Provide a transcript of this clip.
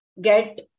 get